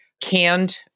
Canned